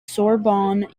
sorbonne